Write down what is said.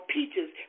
Peaches